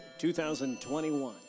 2021